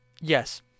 Yes